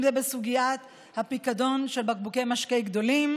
אם זה בסוגיית הפיקדון על בקבוקי משקה גדולים